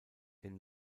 den